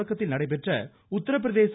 தொடக்கத்தில் நடைபெற்ற உத்திரப்பிரதேச